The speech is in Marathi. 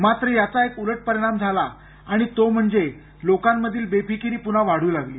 मात्र याचा एक उलट परिणाम झाला आणि तो म्हणजे लोकांमधील बेफिकीरी पुन्हा वाढू लागली